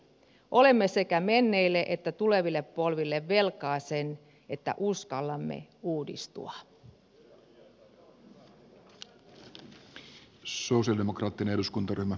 olemme sekä menneille että tuleville polville velkaa sen että uskallamme uudistua